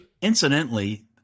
Incidentally